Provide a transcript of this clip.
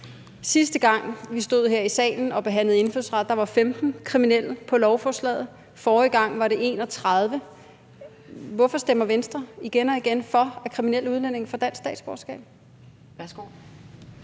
Sidste gang vi stod her i salen og behandlede indfødsret, var der 15 kriminelle på lovforslaget. Forrige gang var det 31. Hvorfor stemmer Venstre igen og igen for, at kriminelle udlændinge får dansk statsborgerskab?